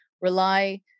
rely